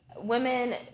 women